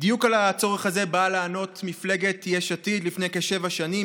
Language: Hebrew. בדיוק על הצורך הזה באה לענות מפלגת יש עתיד לפני כשבע שנים,